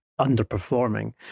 underperforming